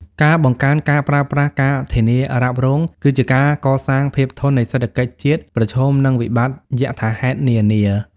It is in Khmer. ការបង្កើនការប្រើប្រាស់ការធានារ៉ាប់រង គឺជាការកសាងភាពធន់នៃសេដ្ឋកិច្ចជាតិប្រឈមនឹងវិបត្តិយថាហេតុនានា។